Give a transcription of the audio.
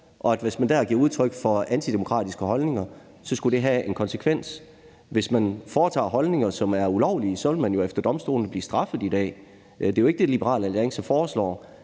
og at hvis man dér giver udtryk for antidemokratiske holdninger, så skulle det have en konsekvens. Hvis man foretager handlinger, som er ulovlige, så vil man efter domstolene blive straffet i dag. Det er jo ikke det, Liberal Alliance foreslår.